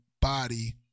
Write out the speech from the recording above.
body